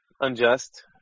unjust